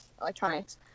electronics